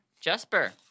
Jesper